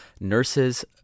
nurses